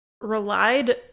relied –